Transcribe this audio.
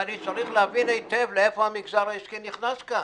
ואני צריך להבין היטב לאיפה המגזר העסקי נכנס כאן.